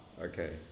okay